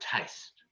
taste